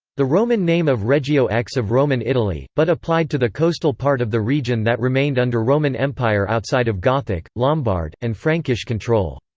the roman name of regio x of roman italy, but applied to the coastal part of the region that remained under roman empire outside of gothic, lombard, and frankish control.